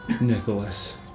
Nicholas